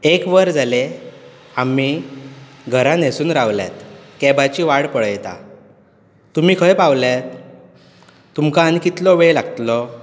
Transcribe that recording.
एक वर जाले आमी घरां न्हेसून रावल्यात कॅबाची वाट पळयता तुमी खंय पावल्यात तुमकां आनीक कितलो वेळ लागतलो